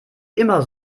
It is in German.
immer